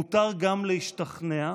מותר גם להשתכנע,